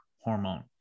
hormone